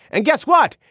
and guess what.